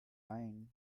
bind